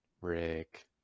rick